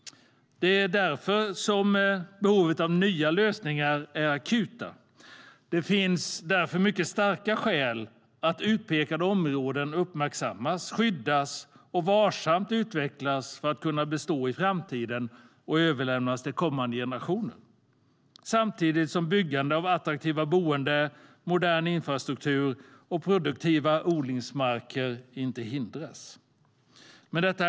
Det är därför behovet av nya lösningar är akut. Det finns starka skäl att utpekade områden uppmärksammas, skyddas och varsamt utvecklas för att kunna bestå i framtiden och överlämnas till kommande generationer, samtidigt som byggande av attraktivt boende, modern infrastruktur och produktiva odlingsmarker inte hindras. Herr talman!